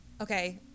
Okay